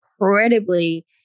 incredibly